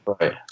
Right